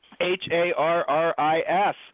H-A-R-R-I-S